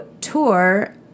tour